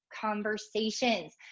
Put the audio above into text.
conversations